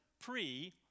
pre